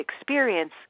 experience